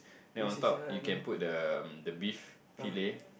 then on top you can put the the beef fillet